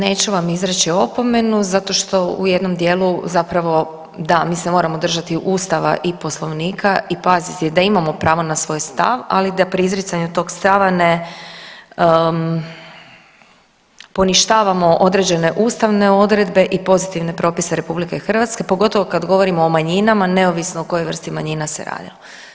Neću vam izreći opomenu zato što u jednom dijelu zapravo da, mi se moramo držati Ustava i Poslovnika i paziti da imamo pravo na svoj stav, ali da pri izricanju tog stava ne poništavamo određene ustavne odredbe i pozitivne propise RH, pogotovo kad govorimo o manjinama, neovisno o kojoj vrsti manjina se radi.